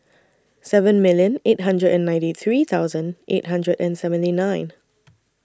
seven million eight hundred and ninety three thousand eight hundred and seventy nine